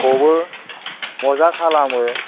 फबो मजा खालामो